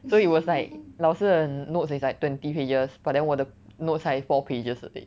so it was like 老师的 notes is like twenty pages but then 我的 notes 才 four pages 的 thing